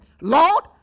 Lord